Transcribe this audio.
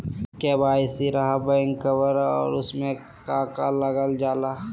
KYC रहा back cover और उसमें का का लागल जाला?